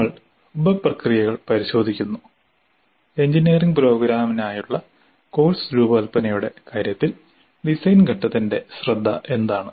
നമ്മൾ ഉപപ്രക്രിയകൾ പരിശോധിക്കുന്നു എഞ്ചിനീയറിംഗ് പ്രോഗ്രാമിനായുള്ള കോഴ്സ് രൂപകൽപ്പനയുടെ കാര്യത്തിൽ ഡിസൈൻ ഘട്ടത്തിന്റെ ശ്രദ്ധ എന്താണ്